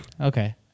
Okay